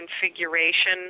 configuration